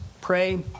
pray